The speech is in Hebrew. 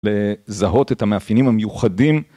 לזהות את המאפיינים המיוחדים